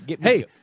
Hey